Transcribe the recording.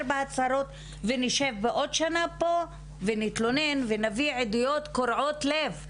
בהצהרות ונשב פה בעוד שנה ונתלונן ונביא עדויות קורעות לב?